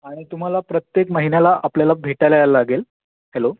आणि तुम्हाला प्रत्येक महिन्याला आपल्याला भेटायला यायला लागेल हॅलो